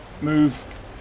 move